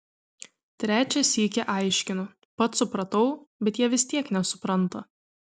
trečią sykį aiškinu pats supratau bet jie vis tiek nesupranta